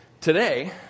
Today